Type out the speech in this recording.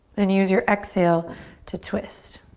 and use your exhale to twist.